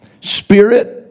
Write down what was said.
Spirit